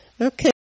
Okay